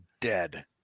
dead